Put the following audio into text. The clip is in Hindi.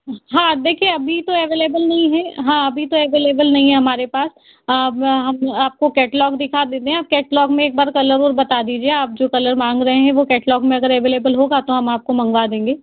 हाँ देखिये अभी तो अवैलेबल नहीं है हाँ अभी तो अवैलेबल नहीं है हमारे पास हम आपको कैटलॉग दिखा देतें हैं कैैटलाॅग में एक बार कलर और बता दीजिए आप जो कलर मांग रहे हैं अगर वो कैटलॉग में अवैलेबल होगा तो हम आपको मंगवा देंगे